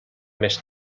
més